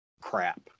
crap